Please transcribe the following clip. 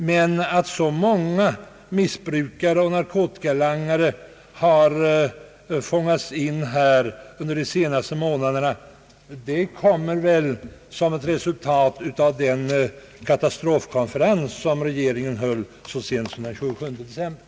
Men att så många missbrukare och narkotikalangare har fångats in under de senaste månaderna är väl ett resultat av den katastrofkonferens som regeringen höll så sent som den 27 december.